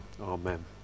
Amen